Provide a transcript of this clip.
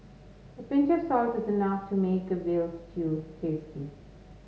a pinch of salt is enough to make a veal stew tasty